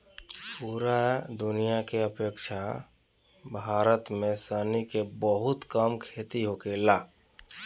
पूरा दुनिया के अपेक्षा भारत में सनई के बहुत कम खेती होखेला